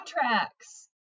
Contracts